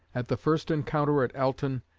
at the first encounter at alton,